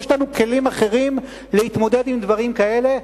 יש לנו כלים אחרים להתמודד עם דברים כאלה.